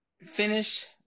Finish